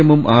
എമ്മും ആർ